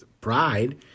pride